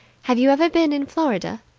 have you ever been in florida?